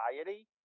society